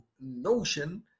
notion